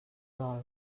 dol